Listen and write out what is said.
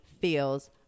feels